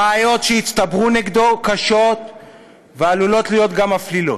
הראיות שהצטברו נגדו קשות ועלולות להיות גם מפלילות.